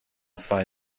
fly